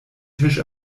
tisch